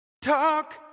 Talk